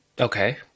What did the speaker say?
Okay